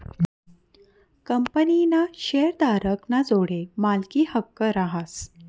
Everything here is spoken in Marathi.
कंपनीना शेअरधारक ना जोडे मालकी हक्क रहास